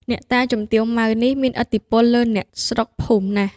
អ្នកតាជំទាវ ម៉ៅ នេះ មានឥទ្ធិពលលើអ្នកស្រុកភូមិណាស់ ។